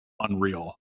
Unreal